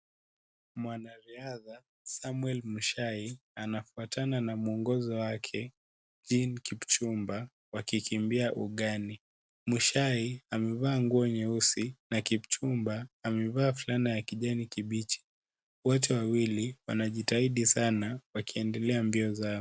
Mwanariadha Samuel Muchai anafuatana na mwongozi wake, Jean kipchumba wakikimbia ugani. Muchai amevaa nguo nyeusi na Kipchumba amevaa fulana ya kijani kibichi. Wote wawili wanajitahidi sana wakiendelea mbio zao.